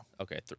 Okay